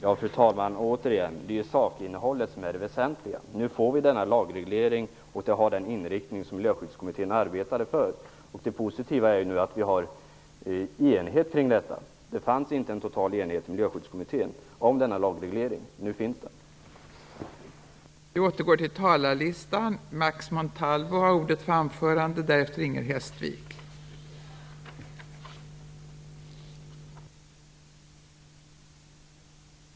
Fru talman! Återigen vill jag säga att det är sakinnehållet som är det väsentliga. Nu får vi denna lagreglering och den har den inriktning som Miljöskyddskommittén arbetade för. Det positiva nu är att det finns en enighet här. Det fanns ju inte en total enighet i Miljöskyddskommittén kring denna lagreglering, men nu finns det alltså en sådan.